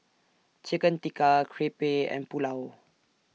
Chicken Tikka Crepe and Pulao